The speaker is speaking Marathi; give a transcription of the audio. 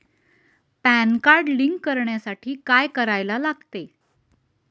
पॅन कार्ड लिंक करण्यासाठी काय करायला लागते?